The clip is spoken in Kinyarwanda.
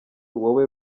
wowe